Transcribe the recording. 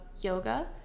yoga